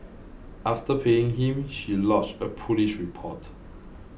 after paying him she lodged a police report